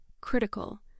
critical